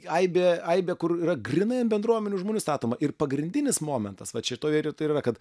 aibė aibė kur yra grynai ant bendruomenių žmonių statoma ir pagrindinis momentas vat šitoj vietoj ir yra kad